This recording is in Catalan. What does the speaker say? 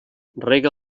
rega